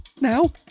Now